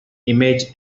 image